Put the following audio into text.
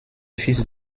fils